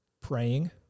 Praying